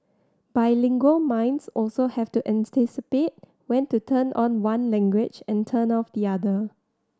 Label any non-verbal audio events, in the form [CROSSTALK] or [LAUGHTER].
bilingual minds also have to [UNINTELLIGIBLE] when to turn on one language and turn off the other